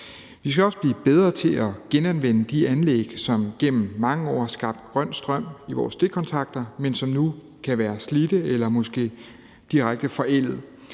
Vi skal også blive bedre til at genanvende de anlæg, som gennem mange år har skabt grøn strøm i vores stikkontakter, men som nu kan være slidte eller måske direkte forældede.